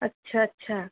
اچھا اچھا